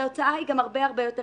כך שההוצאה היא גם הרבה יותר קטנה.